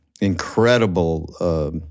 incredible